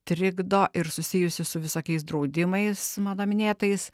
trikdo ir susijusi su visokiais draudimais mano minėtais